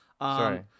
Sorry